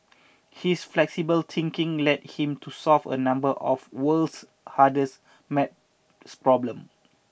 his flexible thinking led him to solve a number of world's hardest math problem